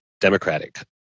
Democratic